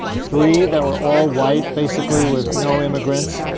three that were all white basically with no immigrants,